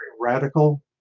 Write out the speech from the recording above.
radical